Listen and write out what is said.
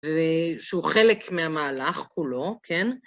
שהוא חלק מהמהלך כולו, כן?